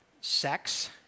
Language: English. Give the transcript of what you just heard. Sex